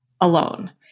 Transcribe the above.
alone